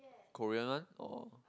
Korean one or